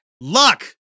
Luck